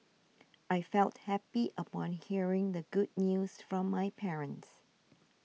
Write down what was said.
I felt happy upon hearing the good news from my parents